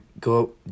go